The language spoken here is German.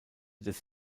des